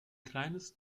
kleines